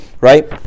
Right